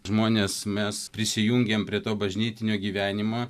žmonės mes prisijungėm prie to bažnytinio gyvenimo